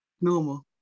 normal